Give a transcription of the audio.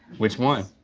which one?